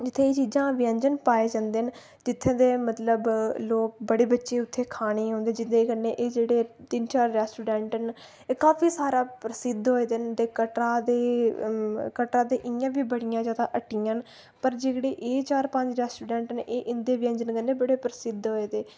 जित्थै एह् चीजां व्यंजन पाए जन्दे न जित्थै दे मतलब लोक बड़े बच्चे उत्थै ई खाने औंदे जिदे कन्नै एह् जेह्ड़े तिन चार रेस्टोरैंट न एह् काफी सारा प्रसिद्ध होए दे न ते कटरा दे कटरा दे इयां बी बड़ियां ज्यादा हट्टियां न पर जेह्कड़े एह् चार पंज रेस्टोरैंट न एह् इंदे व्यंजन कन्नै बड़े प्रसिद्ध होए दे न